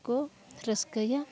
ᱠᱚ ᱨᱟᱹᱥᱠᱟᱹᱭᱟ